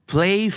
Play